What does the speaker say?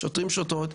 כשוטרים וכשוטרות,